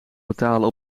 betalen